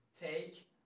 take